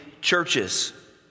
churches